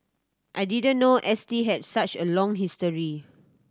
I didn't know S T had such a long history